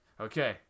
okay